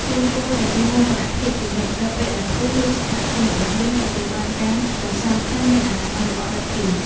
យើងគួរតែមានមោទនភាពជានិច្ចនៅពេលដែលភូមិឬសហគមន៍របស់យើងទទួលបានការសរសើរថាមានអនាម័យល្អដាច់គេ។